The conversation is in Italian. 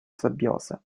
sabbiosa